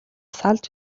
салж